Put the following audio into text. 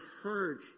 heard